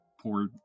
poor